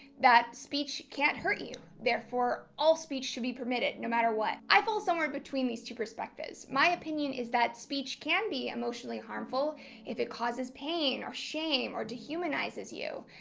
that speech can't hurt you. therefore all speech should be permitted no matter what. i fall somewhere between these two perspectives. my opinion is that speech can be emotionally harmful if it causes pain or shame or dehumanizes you.